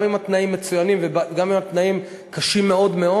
גם אם התנאים מצוינים וגם אם התנאים קשים מאוד מאוד,